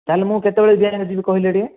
ତା'ହେଲେ ମୁଁଁ କେତେବେଳେ ବ୍ୟାଙ୍କ୍ ଯିବି କହିଲେ ଟିକିଏ